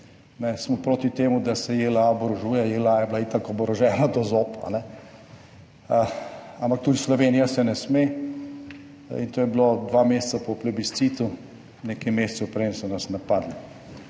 Smo proti temu, da se JLA oborožuje. JLA je bila itak oborožena do zob, ampak tudi Slovenija se ne sme in to je bilo dva meseca po plebiscitu, nekaj mesecev preden so nas napadli.